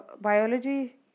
biology